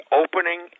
opening